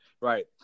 Right